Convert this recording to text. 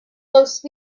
most